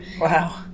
Wow